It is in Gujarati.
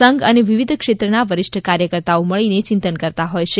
સંઘ અને વિવિધ ક્ષેત્રના વરિષ્ઠ કાર્યકર્તાઓ મળીને ચિંતન કરતા હોય છે